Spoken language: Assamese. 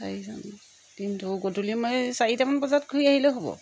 চাৰিজন কিন্তু গধূলি সময় চাৰিটামান বজাত ঘূৰি আহিলেও হ'ব